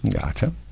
Gotcha